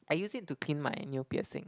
I use it to clean my new piercing